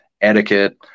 etiquette